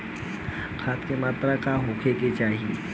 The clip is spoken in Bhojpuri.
खाध के मात्रा का होखे के चाही?